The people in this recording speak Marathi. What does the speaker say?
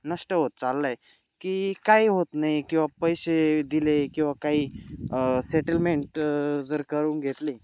नष्ट होत चालला आहे की काही होत नाही किंवा पैसे दिले किंवा काही सेटलमेंट जर करून घेतली